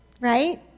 right